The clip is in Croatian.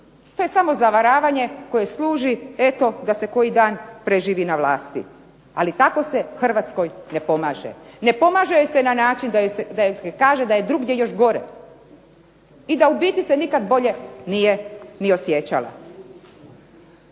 To je samo zavaravanje koje služi eto da se koji dan preživi na vlasti. Ali tako se Hrvatskoj ne pomaže. Ne pomaže joj se na način da joj se kaže da je drugdje još gore i da u biti se nikad bolje nije ni osjećala.